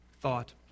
thought